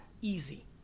easy